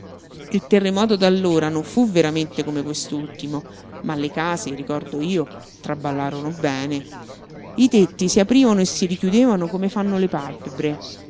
il terremoto d'allora non fu veramente come quest'ultimo ma le case ricordo io traballarono bene i tetti si aprivano e si richiudevano come fanno le palpebre